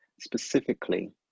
specifically